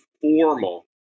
formal